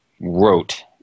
wrote